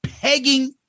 pegging